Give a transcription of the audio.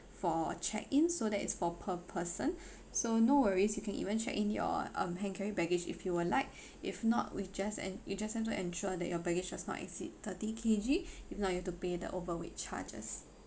for check in so that is for per person so no worries you can even check in your um hand carry baggage if you were like if not we just en~ you just have to ensure that your package does not exceed thirty K_G if not you have to pay the overweight charges